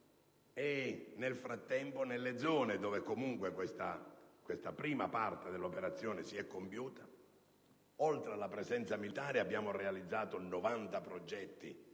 Nel frattempo, nelle zone dove comunque questa prima parte dell'operazione si è compiuta, oltre alla presenza militare, abbiamo realizzato 90 progetti